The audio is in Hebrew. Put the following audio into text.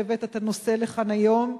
תודה רבה על שהבאת את הנושא לכאן היום.